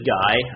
guy